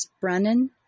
Brennan